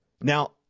Now